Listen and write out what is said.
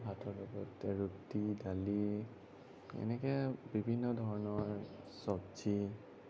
ভাতৰ লগত ৰুটি দালি এনেকৈ বিভিন্ন ধৰণৰ চব্জি